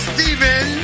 Steven